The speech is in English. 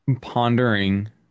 pondering